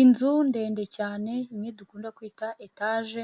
Inzu ndende cyane imwe dukunda kwita etaje